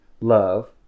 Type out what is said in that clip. love